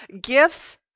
Gifts